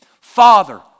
Father